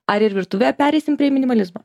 ar ir virtuvėje pereisim prie minimalizmo